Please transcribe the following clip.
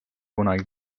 kunagi